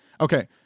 okay